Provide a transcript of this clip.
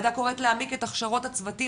הועדה קוראת להעמיק את הכשרות הצוותים